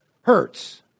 hurts